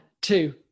two